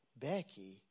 Becky